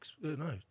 No